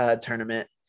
tournament